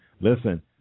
Listen